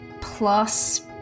plus